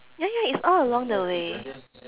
ya ya it's all along the way